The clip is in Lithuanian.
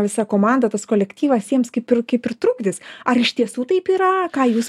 visa komanda tas kolektyvas jiems kaip ir kaip ir trukdis ar iš tiesų taip yra ką jūs